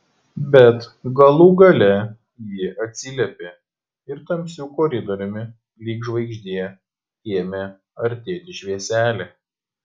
bet galų gale ji atsiliepė ir tamsiu koridoriumi lyg žvaigždė ėmė artėti švieselė